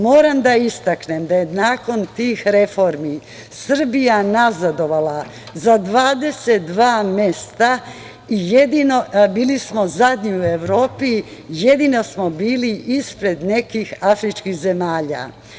Moram da istaknem da je nakon tih reformi Srbija nazadovala za 22 mesta, bili smo zadnji u Evropi, jedino smo bili ispred nekih afričkih zemalja.